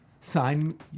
Sign